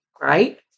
right